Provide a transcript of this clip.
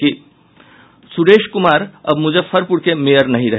सुरेश कुमार अब मुजफ्फरपुर के मेयर नहीं रहे